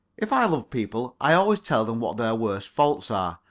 if i love people i always tell them what their worst faults are,